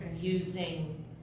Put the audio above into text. using